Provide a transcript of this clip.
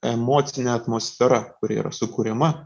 emocinė atmosfera kuri yra sukuriama